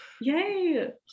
yay